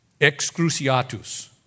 Excruciatus